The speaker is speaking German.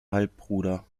halbbruder